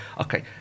okay